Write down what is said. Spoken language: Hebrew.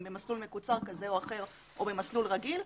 אם ההם במסלול מקוצר כזה או אחר או במסלול רגיל,